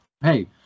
hey